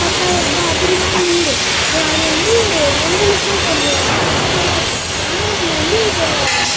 பத்தாய ரூபா அப்படித்தான் மீரும் அது வந்து எங்களுக்கே கொஞ்சம் கஷ்டமாக தான் இருக்கும் ஆனால் நாங்கள் வந்து இதை